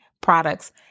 products